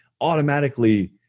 automatically –